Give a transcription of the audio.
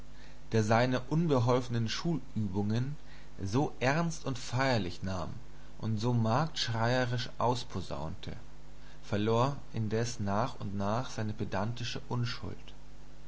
der seine unbeholfenen schulübungen so ernst und feierlich nahm und so marktschreierisch ausposaunte verlor indes nach und nach seine pedantische unschuld